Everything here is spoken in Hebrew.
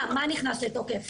מה נכנס לתוקף?